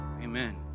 Amen